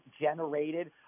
generated